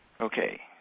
Okay